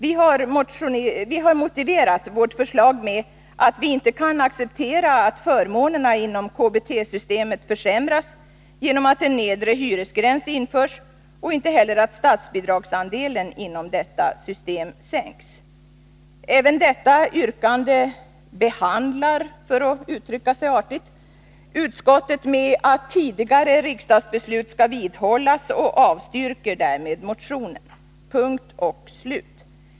Vi har motiverat vårt förslag med att vi inte kan acceptera att förmånerna inom KBT-systemet försämras genom att nedre hyresgräns införs och inte heller att statsbidragsandelen inom detta system sänks. Även detta yrkande ”behandlar” — för att uttrycka sig artigt — utskottet med orden att tidigare riksdagsbeslut skall vidhållas och avstyrker därmed motionen. Punkt och slut.